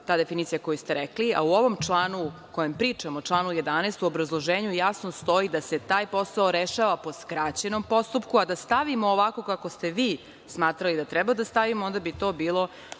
ta definicija koju ste rekli, a u ovom članu o kojem pričamo, članu 11. u obrazloženju jasno stoji da se taj posao rešava po skraćenom postupku, a da stavimo ovako kako ste vi smatrali da treba da stavimo, onda bi to bilo